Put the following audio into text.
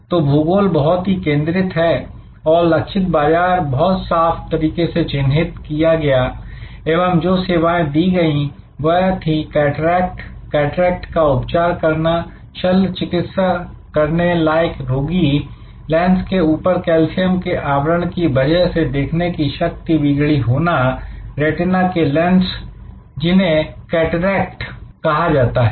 तो भूगोल बहुत ही केंद्रित है और लक्षित बाजार बहुत साफ तरीके से चिन्हित किया गया एवं जो सेवाएं दी गई वह थी कैटरेक्ट कैटरेक्ट का उपचार करना शल्य चिकित्सा करने लायक रोगी लेंस के ऊपर कैल्शियम के आवरण की वजह से देखने की शक्ति बिगड़ी होना रेटिना के लेंस जिन्हें कैटरेक्ट कहा जाता है